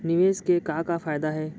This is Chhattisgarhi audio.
निवेश के का का फयादा हे?